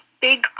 big